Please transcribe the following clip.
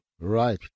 Right